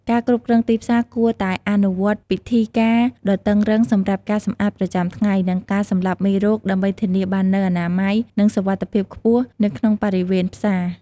ការគ្រប់គ្រងទីផ្សារគួរតែអនុវត្តពិធីការដ៏តឹងរ៉ឹងសម្រាប់ការសម្អាតប្រចាំថ្ងៃ និងការសម្លាប់មេរោគ ដើម្បីធានាបាននូវអនាម័យ និងសុវត្ថិភាពខ្ពស់នៅក្នុងបរិវេណផ្សារ។